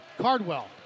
Cardwell